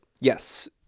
Yes